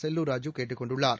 செல்லூர் ராஜூ கேட்டுக் கொன்டுள்ளார்